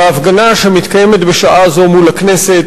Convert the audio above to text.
בהפגנה שמתקיימת בשעה זו מול הכנסת,